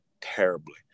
terribly